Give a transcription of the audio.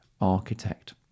architect